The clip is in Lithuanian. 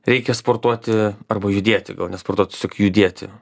reikia sportuoti arba judėti gal ne sportuot tiesiog judėti